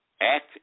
act